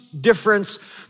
difference